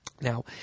Now